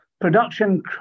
production